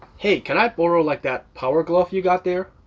hey, can i borrow like that power glove you got there?